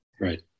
Right